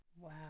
Wow